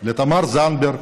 לתמר זנדברג,